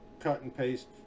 cut-and-paste